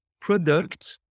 product